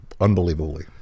unbelievably